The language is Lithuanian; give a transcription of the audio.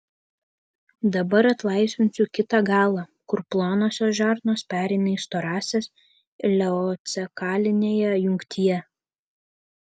dabar atlaisvinsiu kitą galą kur plonosios žarnos pereina į storąsias ileocekalinėje jungtyje